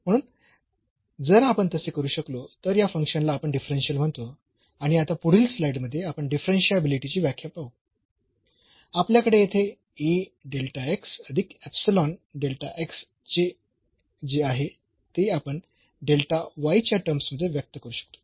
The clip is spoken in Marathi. म्हणून जर आपण तसे करू शकलो तर या फंक्शनला आपण डिफरन्शियल म्हणतो आणि आता पुढील स्लाईड मध्ये आपण या डिफरन्शियाबिलिटीची व्याख्या पाहू आपल्याकडे येथे चे जे आहे ते आपण च्या टर्म्स मध्ये व्यक्त करू शकतो